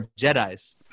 Jedi's